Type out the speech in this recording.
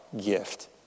gift